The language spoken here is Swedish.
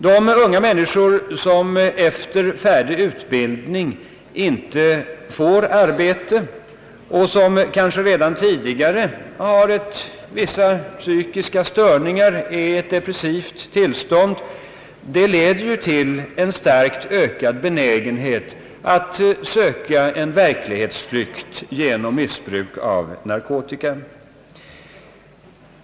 De unga människor, som efter färdig utbildning inte får arbete och som kanske tidigare har vissa psykiska störningar och befinner sig i ett depressivt tillstånd, får en starkt ökad benägenhet att söka fly från verkligheten genom missbruk av narkotika.